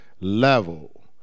level